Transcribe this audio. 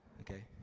okay